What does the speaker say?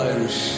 Irish